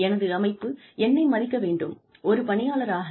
எனது அமைப்பு என்னை மதிக்க வேண்டும் ஒரு பணியாளராக